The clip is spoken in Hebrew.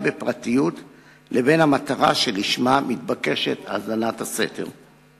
בפרטיות לבין המטרה שלשמה האזנת הסתר מתבקשת.